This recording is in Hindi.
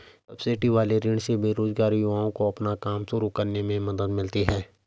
सब्सिडी वाले ऋण से बेरोजगार युवाओं को अपना काम शुरू करने में मदद मिलती है